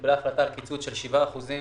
קיבלה החלטה על קיצוץ של שבעה אחוזים